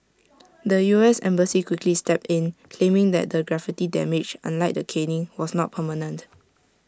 the U S embassy quickly stepped in claiming that the graffiti damage unlike the caning was not permanent